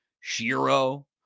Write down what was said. Shiro